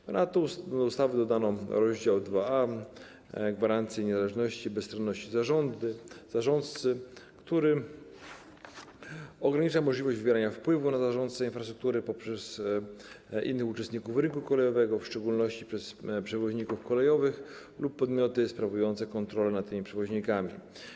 Ponadto w ustawie dodano rozdział 2aa „Gwarancje niezależności i bezstronności zarządcy”, który ogranicza możliwość wywierania wpływu na zarządcę infrastruktury przez innych uczestników rynku kolejowego, w szczególności przez przewoźników kolejowych lub podmioty sprawujące kontrolę nad tymi przewoźnikami.